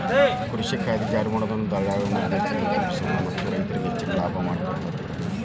ಕೃಷಿ ಕಾಯ್ದೆ ಜಾರಿಮಾಡೋದ್ರಿಂದ ದಲ್ಲಾಳಿಗಳ ಮದ್ಯಸ್ತಿಕೆಯನ್ನ ತಪ್ಪಸಬೋದು ಮತ್ತ ರೈತರಿಗೆ ಹೆಚ್ಚಿನ ಲಾಭ ಮಾಡೋದಾಗೇತಿ